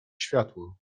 światło